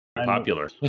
popular